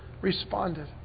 responded